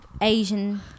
Asian